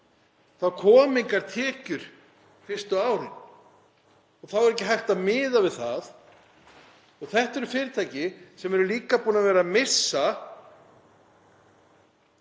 þá koma engar tekjur fyrstu ár. Þá er ekki hægt að miða við það. Þetta eru fyrirtæki sem eru líka búin að vera að missa